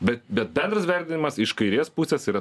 bet bet bendras vertinimas iš kairės pusės yra